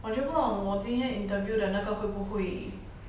我就不懂我今天 interview 的那个会不会